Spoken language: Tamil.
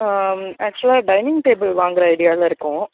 ஆக்சுவலா டைனிங் டேபிள் வாங்குகிற ஐடியாவில் இருக்கோம்